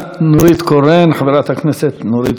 חברת הכנסת נורית קורן,